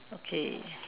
okay